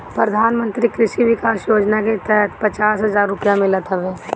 प्रधानमंत्री कृषि विकास योजना के तहत पचास हजार रुपिया मिलत हवे